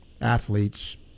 athletes